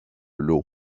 lot